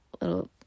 little